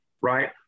right